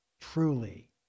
truly